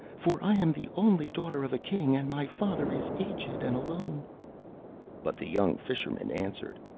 for i am the only daughter of a king, and my father is aged and alone but the young fisherman answered,